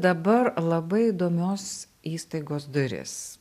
dabar labai įdomios įstaigos duris